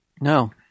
No